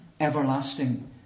everlasting